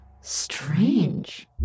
Strange